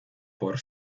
por